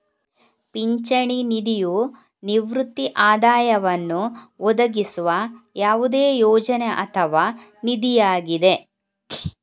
ಪಿಂಚಣಿ ನಿಧಿಯು ನಿವೃತ್ತಿ ಆದಾಯವನ್ನು ಒದಗಿಸುವ ಯಾವುದೇ ಯೋಜನೆ ಅಥವಾ ನಿಧಿಯಾಗಿದೆ